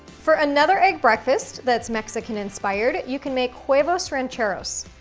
for another egg breakfast that's mexican inspired, you can make huevos rancheros.